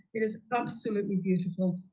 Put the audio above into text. it is absolutely beautiful.